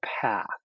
path